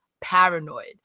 paranoid